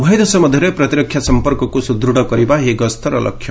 ଉଭୟଦେଶ ମଧ୍ୟରେ ପ୍ରତିରକ୍ଷା ସଂପର୍କକୁ ସୁଦୃଢ଼ କରିବା ଏହି ଗସ୍ତର ଲକ୍ଷ୍ୟ